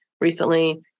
recently